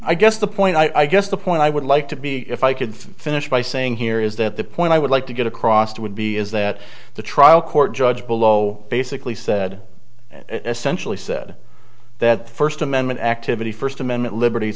i guess the point i guess the point i would like to be if i could finish by saying here is that the point i would like to get across to would be is that the trial court judge below basically said essentially said that the first amendment activity first amendment liberties